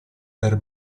per